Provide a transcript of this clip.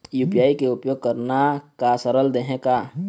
UPI के उपयोग करना का सरल देहें का?